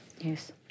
Yes